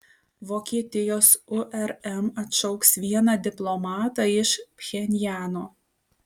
vokietijos urm atšauks vieną diplomatą iš pchenjano